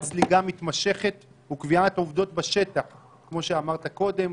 זליגה מתמשכת וקביעת עובדות בשטח כמו שאמרת קודם,